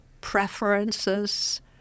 preferences